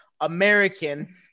American